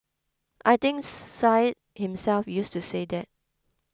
I think Syed himself used to say that